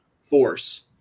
force